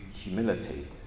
humility